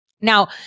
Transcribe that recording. Now